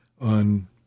on